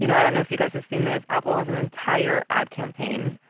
you know i don't know if you guys have seen this, apple has an entire ad campaign